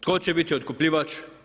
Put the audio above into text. Tko će biti otkupljivač?